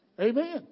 Amen